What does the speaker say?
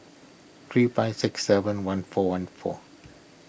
three five six seven one four one four